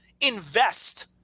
invest –